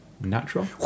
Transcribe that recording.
natural